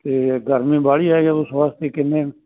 ਅਤੇ ਗਰਮੀ ਵਾਹਲੀ ਹੈ ਜਾਂ ਉਸ ਵਾਸਤੇ ਕਿੰਨੇ